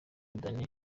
danny